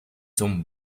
son